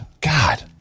god